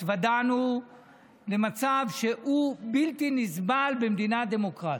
התוודענו למצב שהוא בלתי נסבל במדינה דמוקרטית.